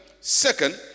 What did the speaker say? Second